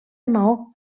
maó